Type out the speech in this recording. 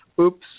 oops